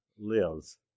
lives